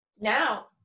Now